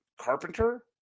Carpenter